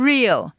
Real